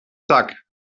zack